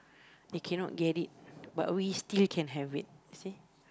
they cannot get it but we still can have it you see